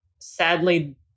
sadly